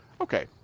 Okay